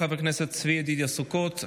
חבר הכנסת צבי ידידיה סוכות,